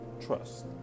trust